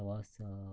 ಪ್ರವಾಸ